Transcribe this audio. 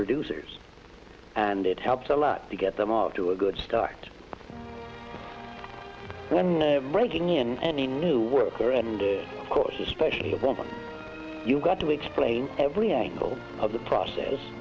producers and it helps a lot to get them off to a good start raking in any new work there and of course especially when you've got to explain every angle of the process